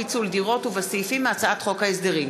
פיצול דירות) ובסעיפים מהצעת חוק ההסדרים,